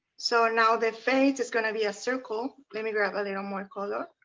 so now the face is gonna be a circle let me grab a little more color.